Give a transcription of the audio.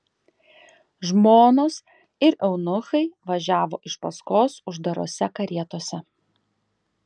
žmonos ir eunuchai važiavo iš paskos uždarose karietose